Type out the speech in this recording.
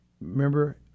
Remember